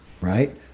right